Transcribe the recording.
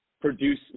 produce